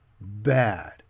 bad